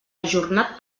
ajornat